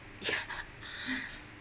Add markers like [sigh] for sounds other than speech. ya [laughs]